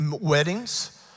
weddings